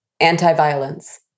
anti-violence